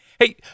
Hey